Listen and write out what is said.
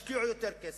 ישקיעו יותר כסף,